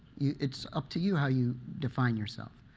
it's up to you how you define yourself.